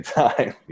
time